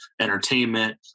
entertainment